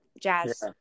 jazz